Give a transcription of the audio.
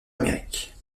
amérique